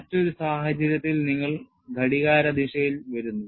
മറ്റൊരു സാഹചര്യത്തിൽ നിങ്ങൾ ഘടികാരദിശയിൽ വരുന്നു